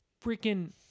freaking